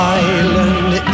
island